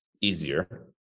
easier